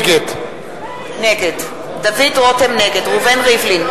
נגד ראובן ריבלין,